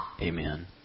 Amen